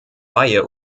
weihe